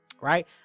right